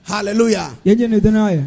Hallelujah